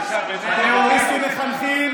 הטרוריסטים מחנכים